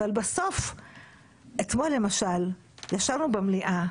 אתמול למשל ישבנו במליאה,